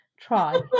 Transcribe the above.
try